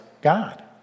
God